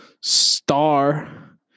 star